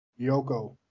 yoko